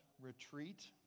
Retreat